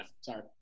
Sorry